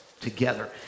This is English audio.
together